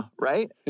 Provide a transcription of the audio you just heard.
right